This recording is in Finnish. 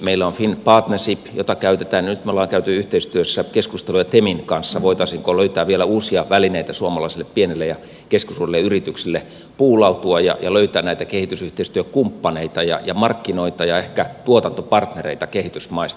meillä on finnpartnership jota käytetään ja nyt me olemme käyneet yhteistyössä keskusteluja temin kanssa voitaisiinko löytää vielä uusia välineitä suomalaisille pienille ja keskisuurille yrityksille poolautua ja löytää näitä kehitysyhteistyökumppaneita ja markkinoita ja ehkä tuotantopartnereita kehitysmaista